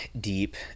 deep